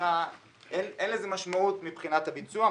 אין לזה משמעות מבחינת הביצוע.